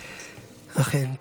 אכן.